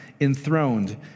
enthroned